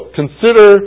consider